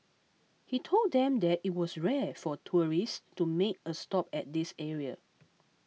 he told them that it was rare for tourists to make a stop at this area